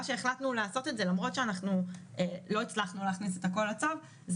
מה שנכתב כאן בצו זה